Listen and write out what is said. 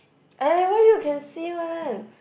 eh why you can see one